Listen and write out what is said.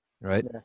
right